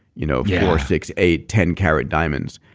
you know four, six, eight, ten carat diamonds.